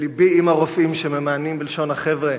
לבי עם הרופאים שממאנים, בלשון החבר'ה,